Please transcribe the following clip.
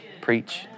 Preach